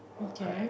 okay